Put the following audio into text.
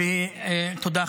תודה,